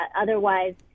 Otherwise